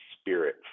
spirit